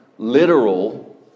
literal